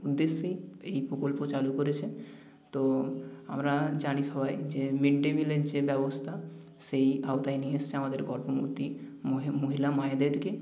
উদ্দেশ্যেই এই প্রকল্প চালু করেছে তো আমরা জানি সবাই যে মিড ডে মিলের যে ব্যবস্থা সেই আওতায় নিয়ে এসেছে আমাদের গর্ভবতী মহিলা মায়েদেরকে